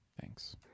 Thanks